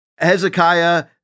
Hezekiah